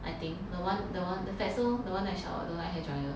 I think the one the one the fatso the one that I showered don't hair dryer